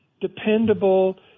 dependable